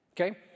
Okay